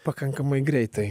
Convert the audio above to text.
pakankamai greitai